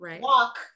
walk